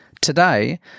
Today